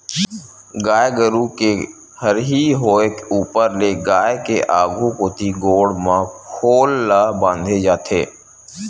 गाय गरु के हरही होय ऊपर ले गाय के आघु कोती गोड़ म खोल ल बांधे जाथे